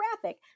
graphic